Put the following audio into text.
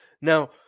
Now